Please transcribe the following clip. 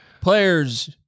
players